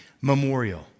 memorial